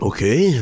Okay